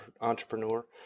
entrepreneur